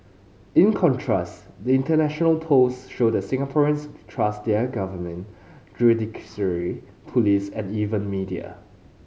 in contrast the international polls show that Singaporeans trust their government judiciary police and even media